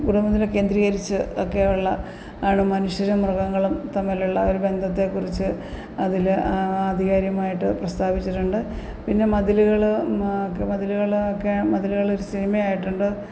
കുടുംബത്തിനെ കേന്ദ്രീകരിച്ച് ഒക്കെ ഒള്ള ആണ് മനുഷ്യരും മൃഗങ്ങളും തമ്മിലുള്ള ഒരു ബന്ധത്തെക്കുറിച്ച് അതിൽ ആധികാരികമായിട്ട് പ്രസ്താവിച്ചിട്ടുണ്ട് പിന്നെ മതിലുകൾ മതിലുകൾ ഒക്കെ മതിലുകൾ ഒരു സിനിമയായിട്ടുണ്ട്